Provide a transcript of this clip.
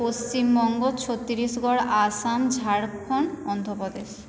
Paschimbanga Chhattisgarh Assam Jharkhand Andhra Pradesh